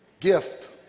gift